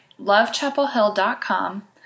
lovechapelhill.com